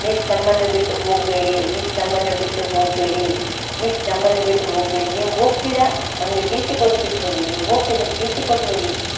miss ನಮ್ಮನ್ನು ಬಿಟ್ಟು ಹೋಗಬೇಡಿ ಮಿಸ್ ನಮ್ಮನ್ನು ಬಿಟ್ಟು ಹೋಗಬೇಡಿ ಮಿಸ್ ನಮ್ಮನ್ನು ಬಿಟ್ಟು ಹೋಗಬೇಡಿ ನೀವು ಹೋಗ್ತೀರಾ ನಮಗೆ ಟಿ ಸಿ ಕೊಟ್ಟು ಬಿಟ್ಟು ಹೋಗಿ ನೀವು ಹೋಗ್ತೀರಾ ನಮ್ಗೆ ಟಿ ಸಿ ಕೊಟ್ಟು ಹೋಗಿ